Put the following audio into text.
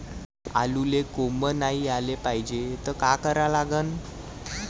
आलूले कोंब नाई याले पायजे त का करा लागन?